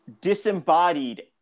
Disembodied